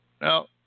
Now